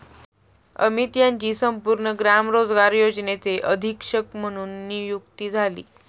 अमित यांची संपूर्ण ग्राम रोजगार योजनेचे अधीक्षक म्हणून नियुक्ती झाली